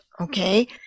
okay